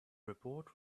report